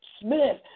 Smith